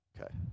Okay